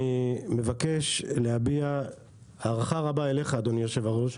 אני מבקש להביע הערכה רבה אליך אדוני היושב-ראש,